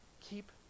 Keep